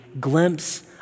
glimpse